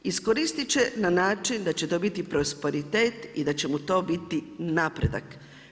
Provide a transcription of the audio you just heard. Iskoristiti će na način da će to biti prosperitet i da će mu to biti napredak.